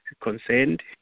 concerned